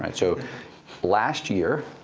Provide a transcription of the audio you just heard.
and so last year,